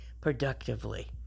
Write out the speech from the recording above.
productively